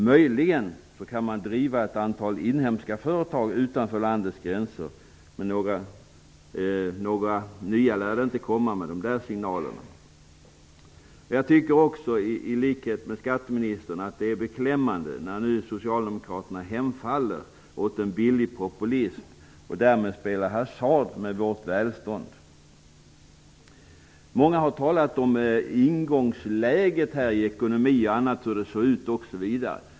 Möjligen kan man driva ett antal inhemska företag utanför landets gränser, men några nya lär inte komma hit med de signalerna. Jag tycker i likhet med skatteministern att det är beklämmande att Socialdemokraterna nu hemfaller åt en billig populism och därmed spelar hasard med vårt välstånd. Många har talat om ingångsläget och hur det såg ut i ekonomin när regeringen tillträdde.